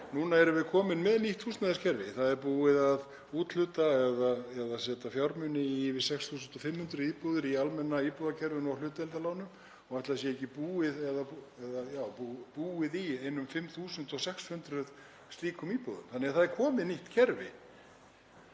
Núna erum við komin með nýtt húsnæðiskerfi. Það er búið að úthluta eða setja fjármuni í yfir 6.500 íbúðir í almenna íbúðakerfinu og hlutdeildarlánum og ætli það sé ekki búið í einum 5.600 slíkum íbúðum. Þannig að það er komið nýtt kerfi.